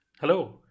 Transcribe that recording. Hello